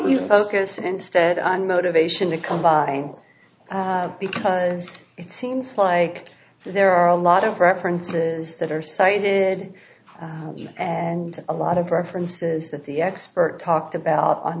focus instead on motivation to combine because it seems like there are a lot of references that are cited and a lot of references that the expert talked about on